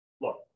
look